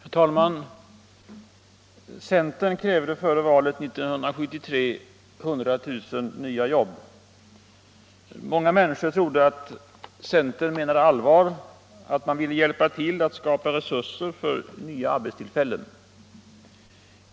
Herr talman! Centern krävde före valet 1973 100 000 nya vjabb. Många människor trodde att centern menade allvar: att man ville hjälpa till att skapa resurser för 100 000 nya arbetstillfällen.